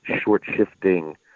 short-shifting